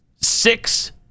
six